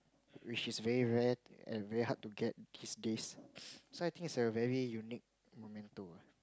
which is very rare and very hard to get these days so I think it's a very unique momento